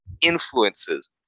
influences